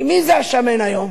כי מי זה השמן היום?